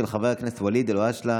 של חבר הכנסת ואליד אלהואשלה,